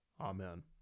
Amen